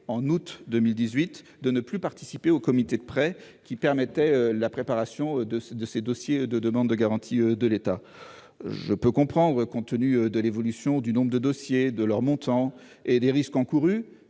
en août 2018, de ne plus participer aux comités de prêts, qui aidaient à la préparation des dossiers de demande de garantie de l'État. Compte tenu de l'évolution du nombre des dossiers, de leur montant et des risques encourus,